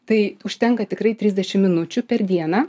tai užtenka tikrai trisdešim minučių per dieną